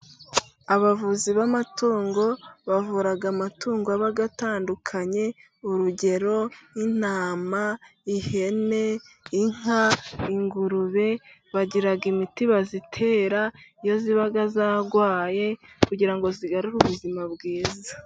Abavuzi b'amatungo bavura amatungo aba atandukanye urugero: nk'intama, ihene, inka, ingurube. Bagira imiti bazitera iyo ziba zarwaye, kugira ngo zigarure ubuzima bwiza.